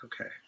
okay